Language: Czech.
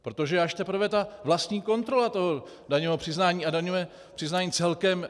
Protože až teprve vlastní kontrola toho daňového přiznání a daňové přiznání celkem...